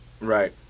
Right